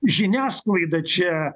žiniasklaida čia